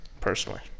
personally